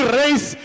race